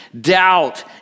doubt